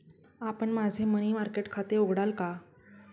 आपण माझे money market खाते उघडाल का?